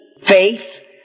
faith